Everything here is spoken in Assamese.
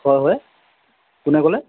হয় হয় কোনে ক'লে